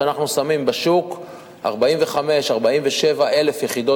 שאנחנו שמים בשוק 45,000 47,000 יחידות